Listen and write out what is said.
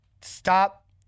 Stop